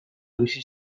bizi